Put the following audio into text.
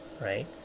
right